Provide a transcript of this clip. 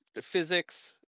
physics